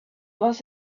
was